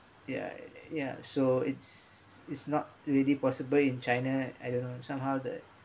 ya ya so it's it's not really possible in china I don't know somehow the